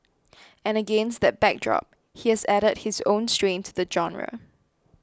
and against that backdrop he has added his own strain to the genre